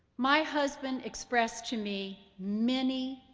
my husband expressed to me many,